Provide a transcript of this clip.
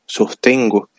sostengo